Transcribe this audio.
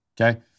okay